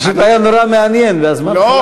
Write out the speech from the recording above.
פשוט היה נורא מעניין והזמן חלף,